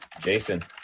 Jason